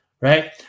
right